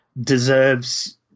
deserves